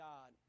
God